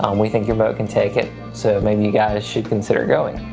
um we think your boat can take it so maybe you guys should consider going.